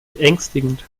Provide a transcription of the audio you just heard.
beängstigend